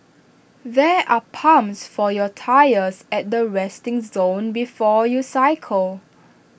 there are pumps for your tyres at the resting zone before you cycle